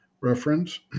Reference